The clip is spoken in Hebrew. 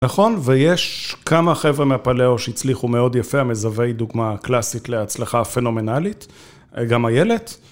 נכון? ויש כמה חברה מהפלאו שהצליחו מאוד יפה, המזווה היא דוגמה קלאסית להצלחה פנומנלית, גם איילת.